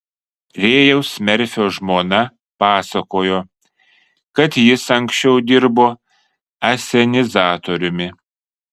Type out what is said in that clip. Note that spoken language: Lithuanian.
rėjaus merfio žmona pasakojo kad jis anksčiau dirbo asenizatoriumi